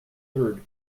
third